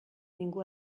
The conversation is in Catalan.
ningú